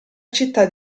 città